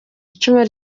icumu